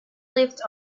lived